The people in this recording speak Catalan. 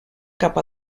cap